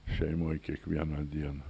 šeimoj kiekvieną dieną